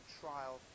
trial